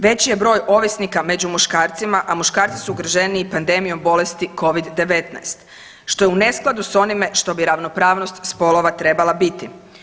Veći je broj ovisnika među muškarcima, a muškarci su ugroženiji pandemijom bolesti covid-19 što je u neskladu sa onime što bi ravnopravnost spolova trebala biti.